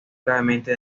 gravemente